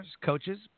coaches